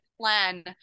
plan